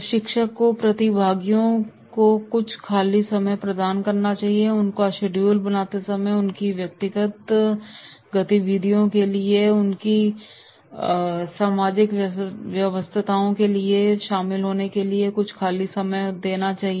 प्रशिक्षक को प्रतिभागियों को कुछ खाली समय प्रदान करना चाहिए उनका शेड्यूल बनाते समय उनकी व्यक्तिगत गतिविधियों के लिए या उनकी सामाजिक व्यस्तताओं में शामिल होने के लिए कुछ खाली समय होना चाहिए